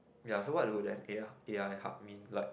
ya so what would there A_I A_I hub mean like